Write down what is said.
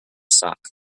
sock